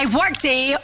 workday